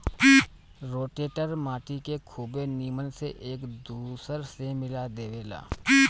rotator माटी के खुबे नीमन से एक दूसर में मिला देवेला